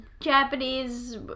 Japanese